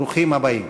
ברוכים הבאים.